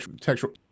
textual